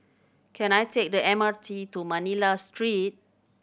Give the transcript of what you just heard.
can I take the M R T to Manila Street